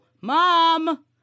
Mom